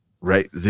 right